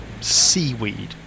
seaweed